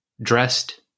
dressed –